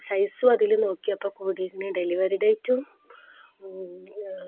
സൈസും അതില് നോക്കിയപ്പോള് കൂടിയിരിക്കുന്നു ഡെലിവറി ഡേറ്റും